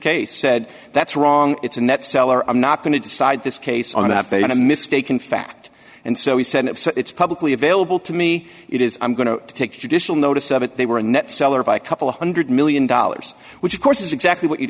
case said that's wrong it's a net seller i'm not going to decide this case on have been a mistake in fact and so he said it so it's publicly available to me it is i'm going to take judicial notice of it they were a net seller by a couple one hundred million dollars which of course is exactly what you'd